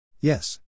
Yes